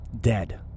Dead